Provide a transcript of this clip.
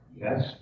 Yes